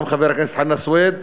גם חבר הכנסת חנא סוייד,